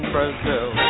Brazil